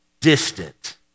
distant